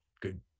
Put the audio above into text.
good